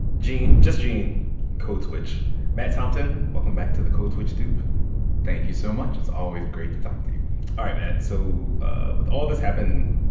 gene just gene code switch matt thompson, welcome back to the code switch dupe thank you so much. it's always great to talk to you all right, matt. so with all this happening,